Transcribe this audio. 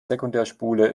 sekundärspule